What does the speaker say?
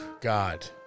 God